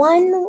One